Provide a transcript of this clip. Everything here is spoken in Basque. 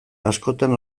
askotan